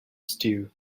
stew